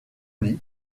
lit